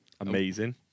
Amazing